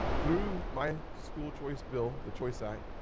through my school choice bill, the choice act,